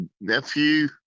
nephew